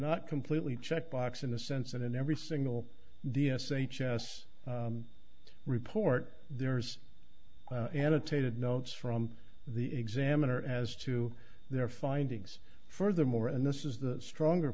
not completely checkbox in the sense that in every single d s h s report there's annotated notes from the examiner as to their findings furthermore and this is the stronger